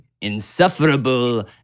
Insufferable